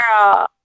girl